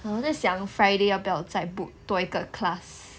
我在想 friday 要不要再 book 多一个 class